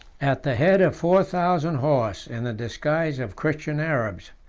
at the head of four thousand horse, in the disguise of christian arabs,